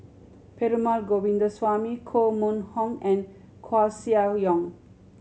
Perumal Govindaswamy Koh Mun Hong and Koeh Sia Yong